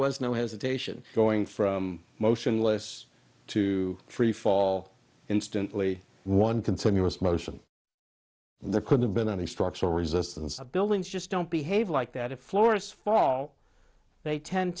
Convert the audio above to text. was no hesitation going from motionless to freefall instantly one continuous motion there could have been any structural resistance of buildings just don't behave like that it floors fall they tend